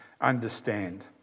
understand